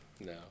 no